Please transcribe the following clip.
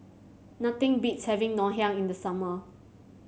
nothing beats having Ngoh Hiang in the summer